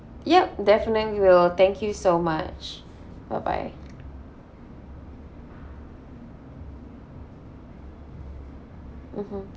yup definitely will thank you so much bye bye mmhmm